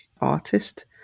artist